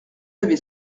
avez